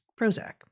Prozac